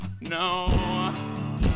no